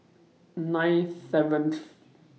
nine seventh